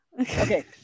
Okay